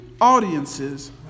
audiences